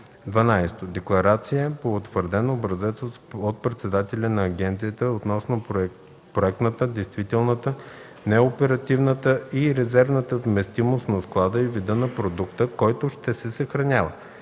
12. декларация по утвърден образец от председателя на агенцията относно проектната, действителната, неоперативната и резервната вместимост на склада и вида на продукта, който ще се съхранява;